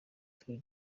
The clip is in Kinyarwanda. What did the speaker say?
tour